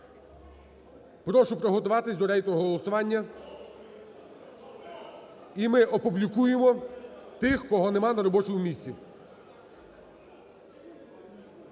зал і приготуватись до рейтингового голосування. І ми опублікуємо тих, кого нема на робочому місці,